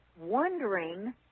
wondering